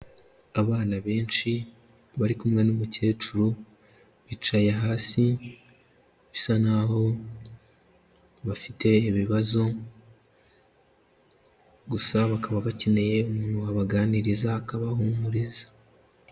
Abana benshi bari kumwe n'umukecuru bicaye hasi bisa naho bafite ibibazo, gusa bakaba bakeneye umuntu wabaganiriza akabahumuriza.